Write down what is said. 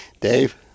Dave